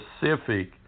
specific